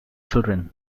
children